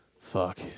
Fuck